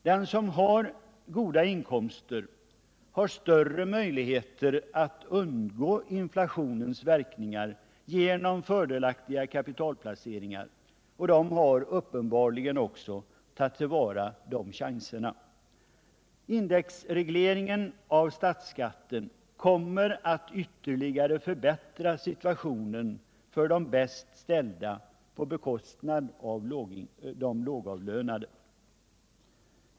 De som har goda inkomster har större möjligheter att undgå inflationens 127 verkningar genom fördelaktiga kapitalplaceringar, och de tar uppenbarligen också till vara de chanserna. Indexregleringen av statsskatten kommer att ytterligare förbättra situationen för de bäst ställda på bekostnad av de lågavlönade.